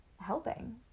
helping